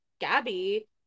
Gabby